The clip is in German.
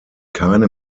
keine